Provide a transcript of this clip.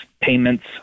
payments